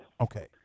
Okay